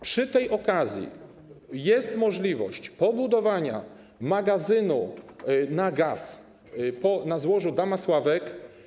Przy tej okazji jest możliwość pobudowania magazynu na gaz na złożu Damasławek.